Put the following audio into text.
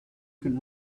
can